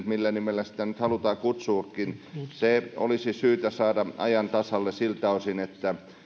millä nimellä sitä nyt halutaan kutsuakin se olisi syytä saada ajan tasalle siltä osin että